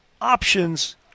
options